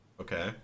Okay